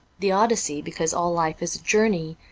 the odyssey because all life is a journey,